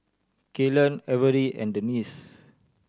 Kaylen Avery and Denise